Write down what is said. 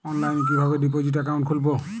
অনলাইনে কিভাবে deposit account খুলবো?